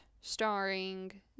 starring